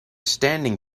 standing